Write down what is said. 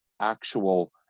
actual